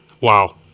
Wow